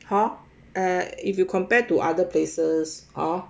hor eh if you compared to other places hor